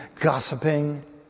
gossiping